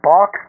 Box